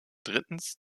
drittens